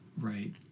right